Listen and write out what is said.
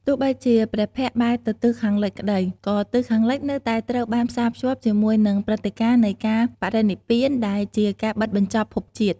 ទោះបីជាព្រះភ័ក្ត្របែរទៅទិសខាងលិចក្ដី ក៏ទិសខាងលិចនៅតែត្រូវបានផ្សារភ្ជាប់ជាមួយនឹងព្រឹត្តិការណ៍នៃការបរិនិព្វាន ដែលជាការបិទបញ្ចប់ភពជាតិ។